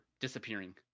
disappearing